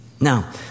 Now